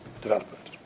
development